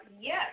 Yes